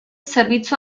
zerbitzu